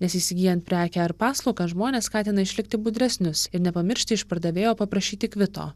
nes įsigyjant prekę ar paslaugą žmones skatina išlikti budresnius ir nepamiršti iš pardavėjo paprašyti kvito